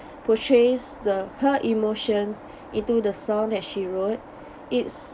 portrays the her emotions into the song that she wrote it's